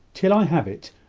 till i have it,